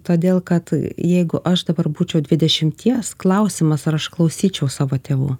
todėl kad jeigu aš dabar būčiau dvidešimties klausimas ar aš klausyčiau savo tėvų